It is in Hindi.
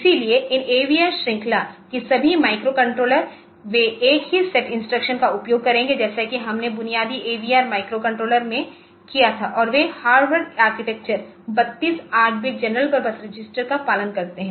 इसलिए इन AVR श्रृंखला की सभी माइक्रोकंट्रोलर वे एक ही सेट इंस्ट्रक्शन का उपयोग करेंगे जैसा कि हमने बुनियादी AVR माइक्रोकंट्रोलर में किया था और वे Harvard architecture 32 8 bit general purpose register का पालन करते हैं